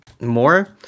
more